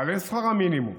בעלי שכר המינימום